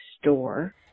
store